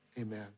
Amen